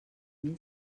mil